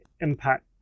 impact